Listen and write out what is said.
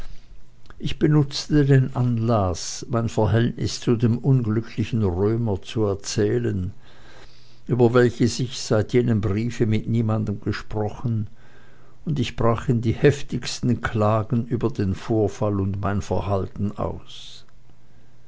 ich benutzte den anlaß mein verhältnis zu dem unglücklichen römer zu erzählen über welches ich seit jenem briefe mit niemanden gesprochen und ich brach in die heftigsten klagen über den vorfall und mein verhalten aus